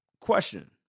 Question